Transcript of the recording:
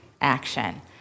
action